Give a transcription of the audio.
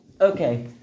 okay